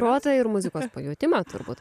proto ir muzikos pajautimą turbūt